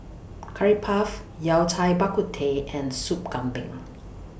Curry Puff Yao Cai Bak Kut Teh and Sop Kambing